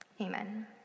Amen